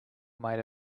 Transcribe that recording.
made